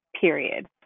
period